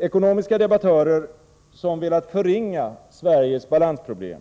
Ekonomiska debattörer som velat förringa Sveriges balansproblem